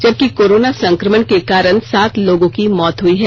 जबकि कोरोना संकमण के कारण सात लोगों की मौत हुई है